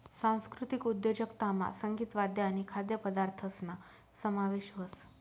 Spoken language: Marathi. सांस्कृतिक उद्योजकतामा संगीत, वाद्य आणि खाद्यपदार्थसना समावेश व्हस